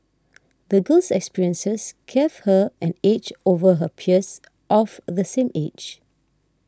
the girl's experiences gave her an edge over her peers of the same age